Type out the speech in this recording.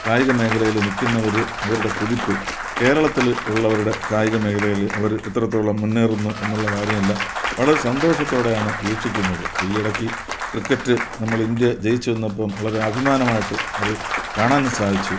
കായിക മേഖലയിൽ നിൽക്കുന്നവർ അവരുടെ കുതിപ്പ് കേരളത്തിൽ ഉള്ളവരുടെ കായിക മേഖലയിൽ അവർ എത്രത്തോളം മുന്നേറുന്നു എന്നുള്ള കാര്യമെല്ലാം വളരെ സന്തോഷത്തോടെയാണ് വീക്ഷിക്കുന്നത് ഇപ്പം ഈ ഇടയ്ക്ക് ക്രിക്കറ്റ് നമ്മൾ ഇന്ത്യ ജയിച്ചു നിന്നപ്പം വളരെ അഭിമാനമായിട്ട് അത് കാണാനും സാധിച്ചു